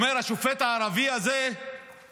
הוא אומר: השופט הערבי הזה שחרר